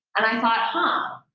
and i thought, huh.